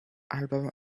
album